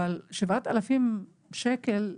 אבל 7000 שקל להורה?